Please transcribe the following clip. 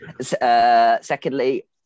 Secondly